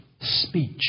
speech